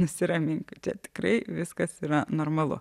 nusiraminkit tikrai viskas yra normalu